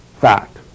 fact